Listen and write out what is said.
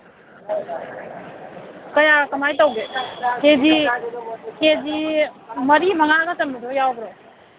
ꯀꯌꯥ ꯀꯃꯥꯏ ꯇꯧꯒꯦ ꯀꯦ ꯖꯤ ꯀꯦ ꯖꯤ ꯃꯔꯤ ꯃꯉꯥꯒ ꯆꯟꯕꯗꯣ ꯌꯥꯎꯕ꯭ꯔꯣ